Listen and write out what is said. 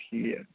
ٹھیٖک